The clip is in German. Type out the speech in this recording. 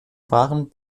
waren